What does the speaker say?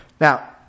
Now